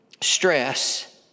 stress